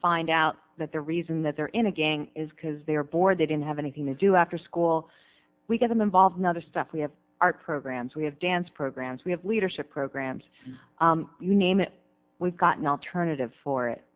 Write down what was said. find out that the reason that they're in a gang is because they are bored they didn't have anything to do after school we got them involved in other stuff we have our programs we have dance programs we have leadership programs you name it we've got not turn it up for it